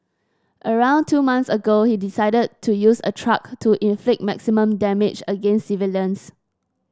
around two months ago he decided to use a truck to inflict maximum damage against civilians